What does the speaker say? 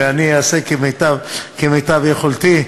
ואני אעשה כמיטב יכולתי.